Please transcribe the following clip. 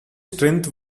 strength